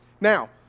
Now